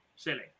Silly